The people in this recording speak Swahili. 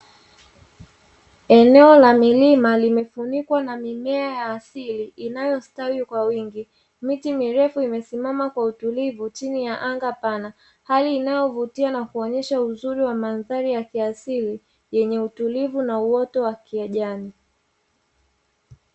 Eneo la milima limefunikwa na mimea ya asili inayostawi kwa wingi. Miti mirefu imesimama kwa utulivu chini ya anga pana. Hali inayovutia na kunyesha uzuri wa mandhari ya kiasili yenye utulivu na uoto wa kijani.